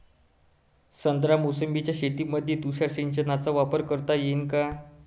संत्रा मोसंबीच्या शेतामंदी तुषार सिंचनचा वापर करता येईन का?